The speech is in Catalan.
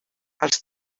els